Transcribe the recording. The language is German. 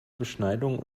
beschneidung